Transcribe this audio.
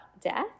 death